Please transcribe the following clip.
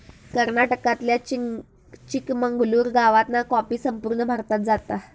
कर्नाटकातल्या चिकमंगलूर गावातना कॉफी संपूर्ण भारतात जाता